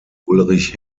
ulrich